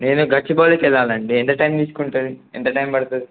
నేను గచ్చిబౌలికి వెళ్ళాలండి ఎంత టైం తీసుకుంటుంది ఎంత టైం పడుతుంది